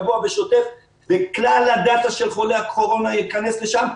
קבוע ושוטף וכלל הדאטא של חולי הקורונה ייכנס לשם,